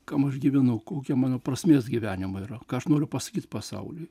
kam aš gyvenu kokia mano prasmės gyvenimo yra ką aš noriu pasakyt pasauliui